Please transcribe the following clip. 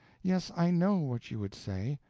yes, i know what you would say.